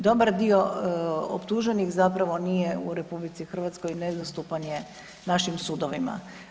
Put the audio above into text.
Dobar dio optuženih zapravo nije u RH, nedostupan je našim sudovima.